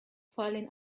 falling